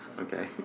Okay